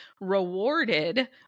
rewarded